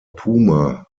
puma